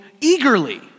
eagerly